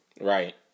Right